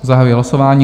Zahajuji hlasování.